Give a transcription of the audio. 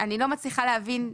אני לא מצליחה להבין,